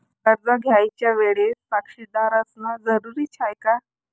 कर्ज घ्यायच्या वेळेले साक्षीदार असनं जरुरीच हाय का?